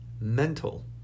Mental